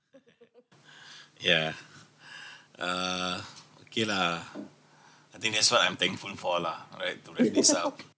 yeah uh okay lah I think that's what I'm thankful for lah all right to have this lah